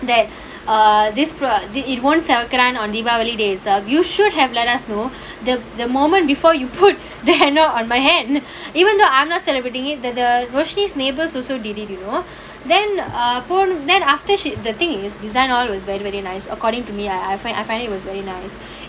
that uh this it won't செவக்குறான்:sevakkuraan on deepavali days you should have let us know the the moment before you put the henna on my hand and even though I'm not celebrating it the the roshni neighbours also did it you know then a err then after she the things design always very very nice according to me I I find I find it was very nice